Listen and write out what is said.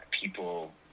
people